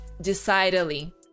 Decidedly